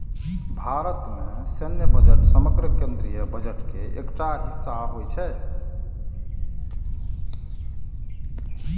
भारत मे सैन्य बजट समग्र केंद्रीय बजट के एकटा हिस्सा होइ छै